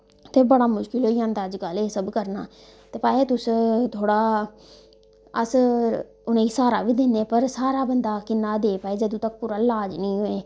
तो बड़ा मुश्कल होई जंदा अजकल एह् सब करना ते भाई तुस थोह्ड़ा अस उनेंई स्हारा बी दिन्ने पर स्हारा बी बंदा किन्ना देई पाए जदूं तक पूरा लाज़ नृी होए